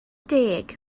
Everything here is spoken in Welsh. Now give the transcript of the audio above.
deg